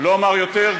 לא אומַר יותר,